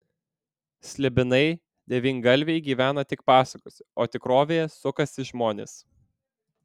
slibinai devyngalviai gyvena tik pasakose o tikrovėje sukasi žmonės